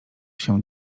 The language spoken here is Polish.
się